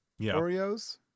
Oreos